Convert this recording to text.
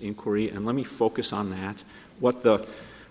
in corey and let me focus on that what the